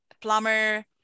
plumber